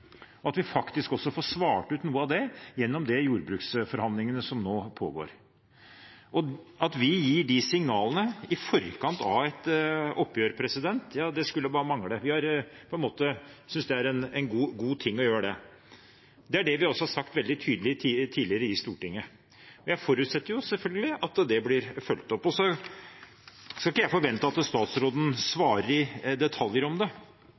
og at vi faktisk får svart på noe av det gjennom de jordbruksforhandlingene som nå pågår. At vi gir disse signalene i forkant av et oppgjør, skulle bare mangle. Vi synes det er en god ting å gjøre det, og det har vi sagt veldig tydelig, tidligere, i Stortinget. Jeg forutsetter selvfølgelig at det blir fulgt opp. Jeg skal ikke forvente at statsråden svarer på dette i detalj, men jeg har en forventning om at statsråden og regjeringen faktisk følger opp det